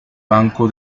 banco